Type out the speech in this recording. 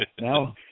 now